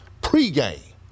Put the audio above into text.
pregame